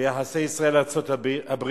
ביחסי ישראל ארצות-הברית,